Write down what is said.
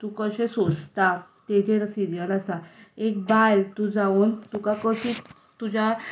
तूं कशें सोंसता ताचेर हो सिरीयल आसा एक बायल तूं जावन तुका कशी तुज्या